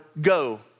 go